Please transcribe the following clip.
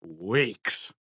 weeks